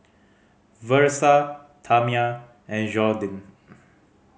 Versa Tamia and Jordin